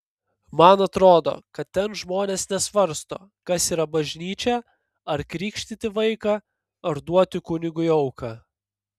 man atrodo kad ten žmonės nesvarsto kas yra bažnyčia ar krikštyti vaiką ar duoti kunigui auką